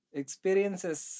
experiences